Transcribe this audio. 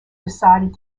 decided